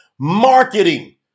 Marketing